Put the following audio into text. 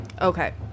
okay